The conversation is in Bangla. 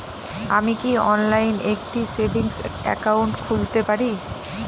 আমি কি অনলাইন একটি সেভিংস একাউন্ট খুলতে পারি?